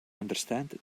understand